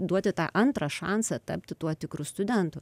duoti tą antrą šansą tapti tuo tikru studentu